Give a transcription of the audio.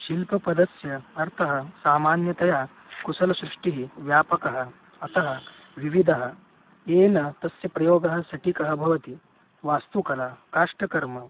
शिल्पपदस्य अर्थः सामान्यतया कुशलसृष्टिः व्यापकः अतः विविधः येन तस्य प्रयोगः सटीकः भवति वास्तुकला काष्ठकर्म